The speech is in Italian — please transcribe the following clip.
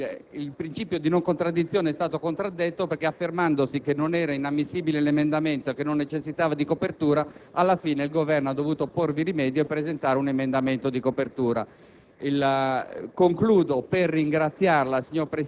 non lo era, tanto è vero che il principio di non contraddizione è stato contraddetto, perché affermandosi che non era ammissibile l'emendamento e che non necessitava di copertura, alla fine il Governo ha dovuto porvi rimedio presentando un emendamento di copertura.